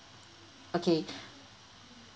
okay